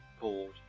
bored